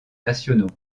nationaux